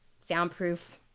soundproof